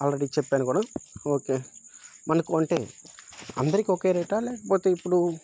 already చెప్పాను కూడా okay మనకు అంటే అందరికీ ఒకే రేటా లేకపోతే ఇప్పుడు